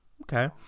okay